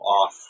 off